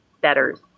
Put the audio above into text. betters